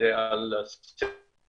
וזה על סדר